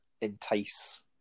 entice